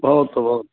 भवतु भवतु